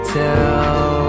tell